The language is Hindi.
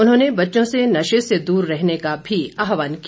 उन्होंने बच्चों से नशे से दूर रहने का भी आहवान किया